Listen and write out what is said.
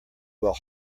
will